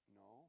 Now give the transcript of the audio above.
no